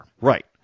right